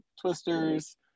twisters